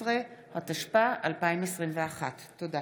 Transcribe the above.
18), התשפ"א 2021. תודה.